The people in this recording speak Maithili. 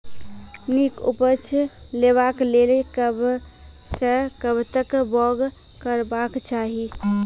नीक उपज लेवाक लेल कबसअ कब तक बौग करबाक चाही?